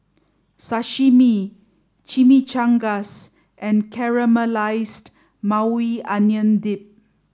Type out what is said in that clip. Sashimi Chimichangas and Caramelized Maui Onion Dip